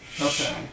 Okay